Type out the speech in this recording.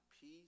peace